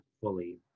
fully